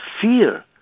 fear